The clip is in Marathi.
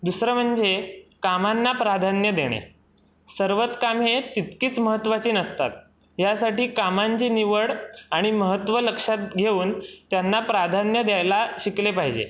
दुसरं म्हणजे कामांना प्राधान्य देणे सर्वच कामे तितकीच महत्त्वाची नसतात यासाठी कामांची निवड आणि महत्त्व लक्षात घेऊन त्यांना प्राधान्य द्यायला शिकले पाहिजे